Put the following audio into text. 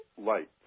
light